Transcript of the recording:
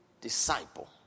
disciple